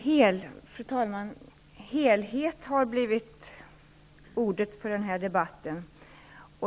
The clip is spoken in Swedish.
Fru talman! Ordet helhet har blivit det viktiga ordet i den här debatten.